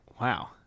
Wow